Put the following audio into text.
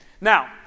Now